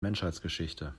menschheitsgeschichte